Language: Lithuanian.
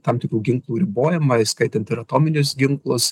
tam tikrų ginklų ribojamą įskaitant ir atominius ginklus